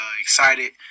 excited